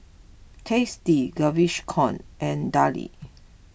Tasty Gaviscon and Darlie